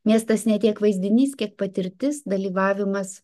miestas ne tiek vaizdinys kiek patirtis dalyvavimas